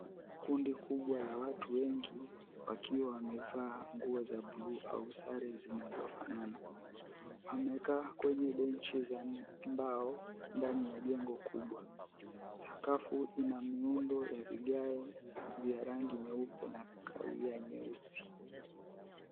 Kundi kubwa la watu wengi, wakiwa wamevaa nguo za bluu au sare zinazofanana, wamekaa kwenye benchi za mbao ndani ya jengo kubwa. Sakafu ina miundo ya vigae vya rangi nyeupe na kahawia nyeusi.